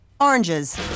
oranges